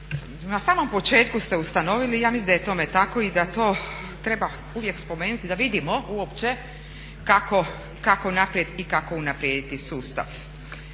na samom početku ste ustanovili i ja mislim da je tome tako i da to treba uvijek spomenuti, da vidimo uopće kako naprijed i kako unaprijediti sustav.